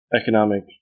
economic